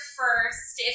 first